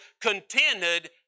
contented